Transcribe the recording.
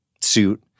suit